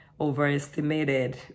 overestimated